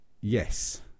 Yes